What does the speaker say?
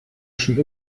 schon